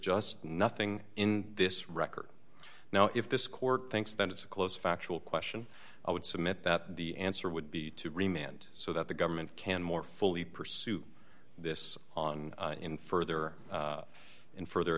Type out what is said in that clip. just nothing in this record now if this court thinks that it's a close factual question i would submit that the answer would be to remain and so that the government can more fully pursue this on in further in further